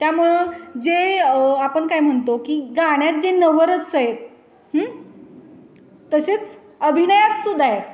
त्यामुळं जे आपण काय म्हणतो की गाण्यात जे नवरस आहेत तसेच अभिनयात सुद्धा येते